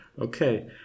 Okay